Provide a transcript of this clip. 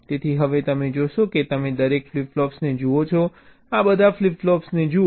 તેથી હવે તમે જોશો કે તમે દરેક ફ્લિપ ફ્લોપ્સને જુઓ છો બધા ફ્લિપ ફ્લોપ્સને જુઓ